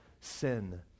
sin